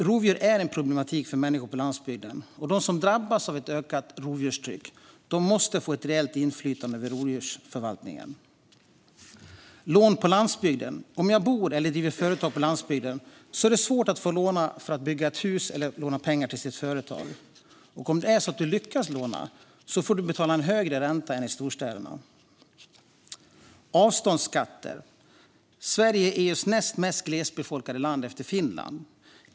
Rovdjur är en problematik för människor på landsbygden. De som drabbas av ett ökat rovdjurstryck måste få ett reellt inflytande över rovdjursförvaltningen. Det är svårt att få lån om man bor eller driver företag på landsbygden för att bygga ett hus eller till sitt företag. Om man lyckas att få lån får man betala en högre ränta än i storstäderna. Så går jag över till avståndsskatter. Sverige är EU:s näst mest glesbefolkade land efter Finland.